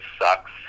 sucks